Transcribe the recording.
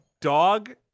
dog